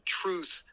truth